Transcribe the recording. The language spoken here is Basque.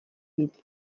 ditu